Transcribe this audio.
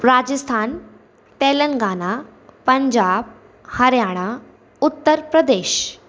Rajasthan Telangana Punjab Haryana Uttar Pradesh